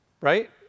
right